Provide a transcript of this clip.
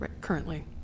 currently